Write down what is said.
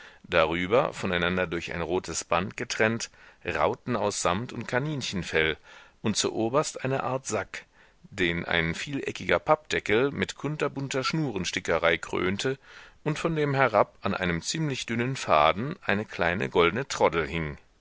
darüber voneinander durch ein rotes band getrennt rauten aus samt und kaninchenfell und zu oberst eine art sack den ein vieleckiger pappdeckel mit kunterbunter schnurenstickerei krönte und von dem herab an einem ziemlich dünnen faden eine kleine goldne troddel hing